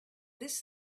this